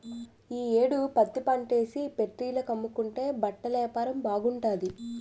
ఈ యేడు పత్తిపంటేసి ఫేట్రీల కమ్ముకుంటే బట్టలేపారం బాగుంటాది